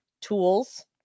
tools